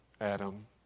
Adam